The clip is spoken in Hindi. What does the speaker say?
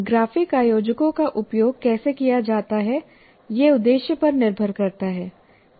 ग्राफिक आयोजकों का उपयोग कैसे किया जाता है यह उद्देश्य पर निर्भर करता है